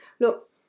look